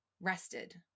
rested